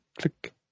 Click